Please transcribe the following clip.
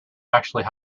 actually